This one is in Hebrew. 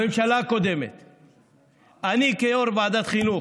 בממשלה הקודמת אני, כיו"ר ועדת חינוך,